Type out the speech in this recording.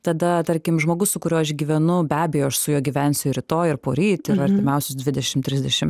tada tarkim žmogus su kuriuo aš gyvenu be abejo aš su juo gyvensiu rytoj ir poryt artimiausius dvidešimt trisdešimt